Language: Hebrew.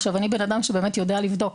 עכשיו, אני בן אדם שבאמת יודע לבדוק.